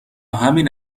همین